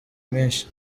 menshi